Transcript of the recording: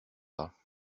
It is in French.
pas